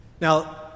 Now